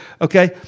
Okay